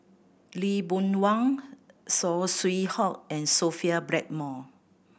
Lee Boon Wang Saw Swee Hock and Sophia Blackmore